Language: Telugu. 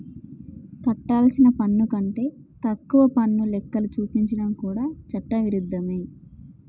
కట్టాల్సిన పన్ను కంటే తక్కువ పన్ను లెక్కలు చూపించడం కూడా చట్ట విరుద్ధమే